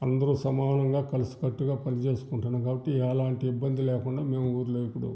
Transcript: అందరు సమానంగా కలిసి కట్టుగా పనిచేసుకుంటన్నాం కాబట్టి ఏలాంటి ఇబ్బంది లేకుండా మేం ఊళ్ళో ఇప్పుడు